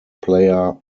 player